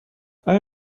آیا